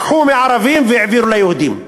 לקחו מערבים והעבירו ליהודים.